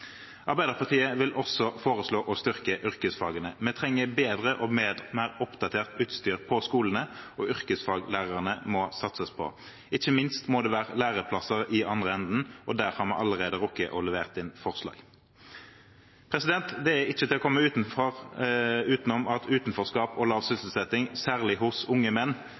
Arbeiderpartiet vil også foreslå å styrke yrkesfagene. Vi trenger bedre og mer oppdatert utstyr på skolene, og yrkesfaglærerne må satses på. Ikke minst må det være læreplasser i andre enden, og der har vi allerede rukket å levere inn forslag. Det er ikke til å komme utenom at utenforskap og lav sysselsetting, særlig hos unge menn,